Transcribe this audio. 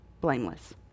blameless